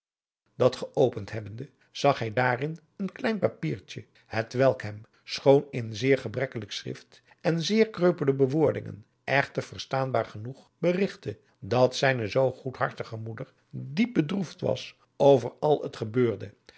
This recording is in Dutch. dat geopend hebbende zag hij daarin een klein papiertje het welk hem schoon in zeer gebrekkelijk schrift en zeer kreupele bewoordingen echter verstaanbaar genoeg berigtte dat zijne zoo goedhartige moeder diep bedroefd was over al het gebeurde